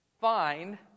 find